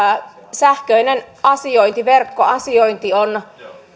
sähköinen asiointi verkkoasiointi on